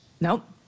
Nope